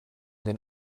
den